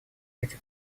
эти